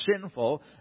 sinful